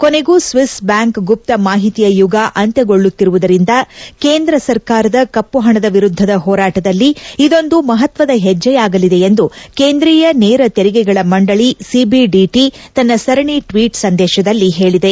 ಕೊನೆಗೂ Swiss bank ಗುಪ್ತ ಮಾಹಿತಿಯ ಯುಗ ಅಂತ್ಯಗೊಳ್ಳುತ್ತಿರುವುದರಿಂದ ಕೇಂದ್ರ ಸರ್ಕಾರದ ಕಪ್ಪು ಹಣದ ವಿರುದ್ದದ ಹೋರಾಟದಲ್ಲಿ ಇದೊಂದು ಮಹತ್ವದ ಹೆಜ್ಜೆಯಾಗಲಿದೆ ಎಂದು ಕೇಂದ್ರೀಯ ನೇರ ತೆರಿಗೆಗಳ ಮಂಡಳಿ ಸಿಬಿಡಿಟಿ ತನ್ನ ಸರಣಿ ಟ್ವೀಟ್ ಸಂದೇಶದಲ್ಲಿ ಹೇಳಿದೆ